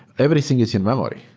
everything is in-memory.